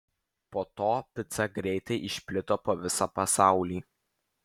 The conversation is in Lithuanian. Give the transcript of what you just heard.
po to pica greitai išplito po visą pasaulį